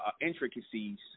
intricacies